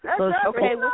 Okay